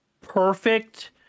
perfect